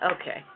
Okay